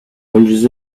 hundreds